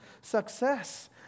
success